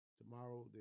tomorrow